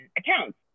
accounts